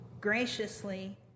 graciously